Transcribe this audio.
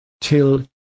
till